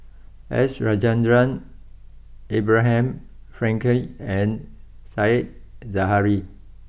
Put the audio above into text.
S Rajendran Abraham Frankel and Said Zahari